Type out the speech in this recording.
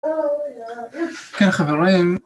... כן חברים